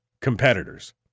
competitors